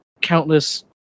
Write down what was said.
countless